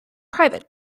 private